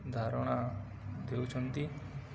ଧାରଣା ଦେଉଛନ୍ତି